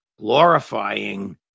glorifying